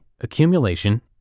accumulation